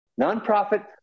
nonprofit